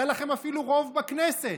היה לכם אפילו רוב בכנסת,